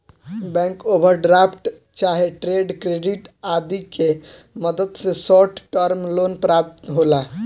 bank overdraft चाहे trade credit आदि के मदद से शॉर्ट टर्म लोन प्राप्त होला